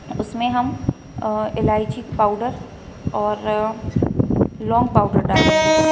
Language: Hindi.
उसमें हम इलायची पाउडर और लौंग पाउडर डालेंगे